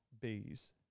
bees